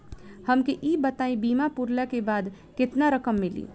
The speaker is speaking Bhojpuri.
हमके ई बताईं बीमा पुरला के बाद केतना रकम मिली?